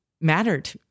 mattered